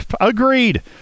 Agreed